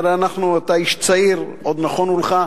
הרי אתה איש צעיר, עוד נכונו לך,